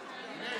אני.